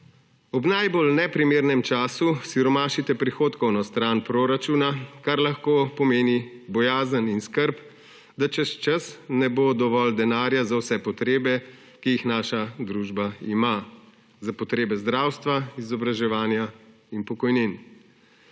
Ob najbolj neprimernem času siromašite prihodkovno stran proračuna, kar lahko pomeni bojazen in skrb, da čez čas ne bo dovolj denarja za vse potrebe, ki jih naša družba ima, za potrebe zdravstva, izobraževanja in pokojnin.